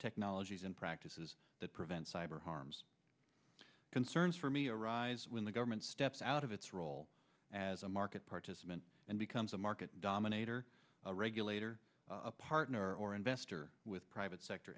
technologies and practices that prevent cyber harms concerns for me arise when the government steps out of its role as a market participant and becomes a market dominator regulator a partner or investor with private sector